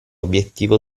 obiettivo